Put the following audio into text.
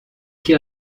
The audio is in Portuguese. que